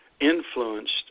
influenced